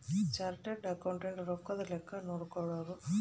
chartered accountant ರೊಕ್ಕದ್ ಲೆಕ್ಕ ನೋಡ್ಕೊಳೋರು